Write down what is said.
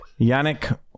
Yannick